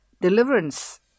deliverance